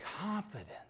confidence